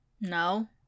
No